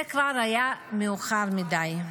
זה כבר היה מאוחר מדי.